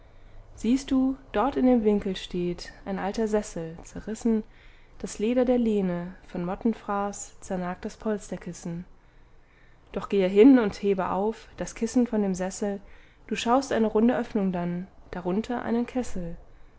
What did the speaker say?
siehst du dort in dem winkel steht ein alter sessel zerrissen das leder der lehne von mottenfraß zernagt das polsterkissen doch gehe hin und hebe auf das kissen von dem sessel du schaust eine runde öffnung dann darunter einen kessel